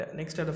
next